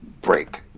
break